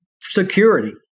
security